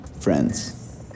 friends